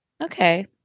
Okay